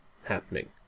happening